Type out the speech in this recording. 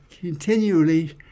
continually